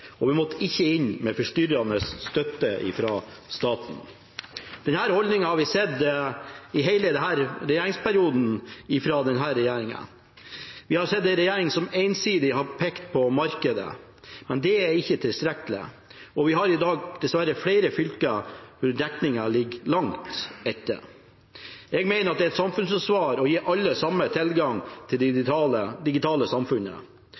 at infrastrukturen måtte markedet ta seg av, og vi måtte ikke inn med forstyrrende støtte fra staten. Denne holdningen har vi sett i hele denne regjeringsperioden. Vi har sett en regjering som ensidig har pekt på markedet, men det er ikke tilstrekkelig. Vi har i dag flere fylker der dekningen dessverre ligger langt etter. Jeg mener det er et samfunnsansvar å gi alle samme tilgang til det digitale samfunnet.